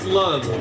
love